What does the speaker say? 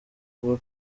kuba